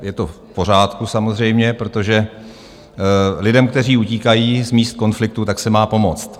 Je to v pořádku samozřejmě, protože lidem, kteří utíkají z míst konfliktu, se má pomoct.